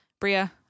Bria